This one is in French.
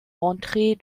rentrer